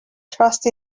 trust